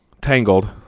Tangled